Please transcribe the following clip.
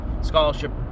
scholarship